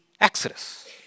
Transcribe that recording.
Exodus